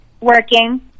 Working